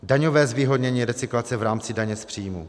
Daňové zvýhodnění recyklace v rámci daně z příjmu.